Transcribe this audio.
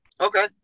Okay